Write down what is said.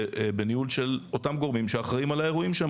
ובניהול של אותם גורמים שאחראים על האירועים שם,